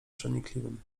przenikliwym